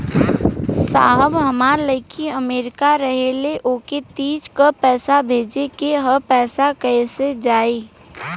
साहब हमार लईकी अमेरिका रहेले ओके तीज क पैसा भेजे के ह पैसा कईसे जाई?